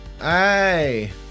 Hey